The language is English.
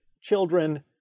children